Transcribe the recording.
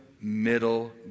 middle